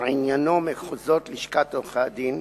שעניינו מחוזות לשכת עורכי-הדין,